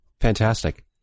Fantastic